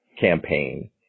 campaign